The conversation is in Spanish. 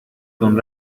con